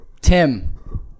Tim